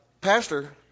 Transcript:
pastor